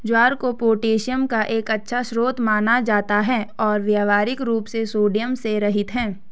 ज्वार को पोटेशियम का एक अच्छा स्रोत माना जाता है और व्यावहारिक रूप से सोडियम से रहित है